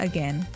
Again